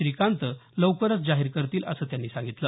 श्रीकांत लवकरच जाहीर करतील असं त्यांनी सांगितलं